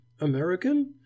American